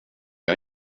har